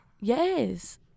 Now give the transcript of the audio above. Yes